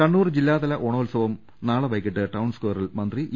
കണ്ണൂർ ജില്ലാതല ഓണോത്സവം നാളെ വൈകീട്ട് ടൌൺ സ്ക്വയ റിൽ മന്ത്രി ഇ